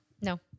no